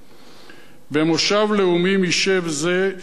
בעולם./ במושב לאומים ישב זה שמשען לו